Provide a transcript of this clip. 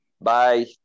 bye